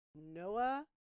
Noah